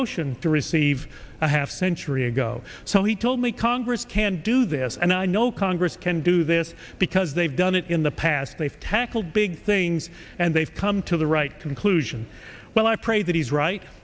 ocean to receive a half century ago so he told me congress can do this and i know congress can do this because they've done it in the past they've tackled big things and they've come to the right conclusion well i pray that he's right